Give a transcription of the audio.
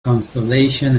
consolation